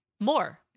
More